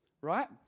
right